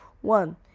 one